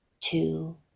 two